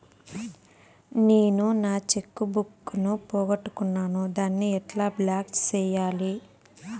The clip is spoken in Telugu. నేను నా చెక్కు బుక్ ను పోగొట్టుకున్నాను దాన్ని ఎట్లా బ్లాక్ సేయాలి?